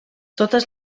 totes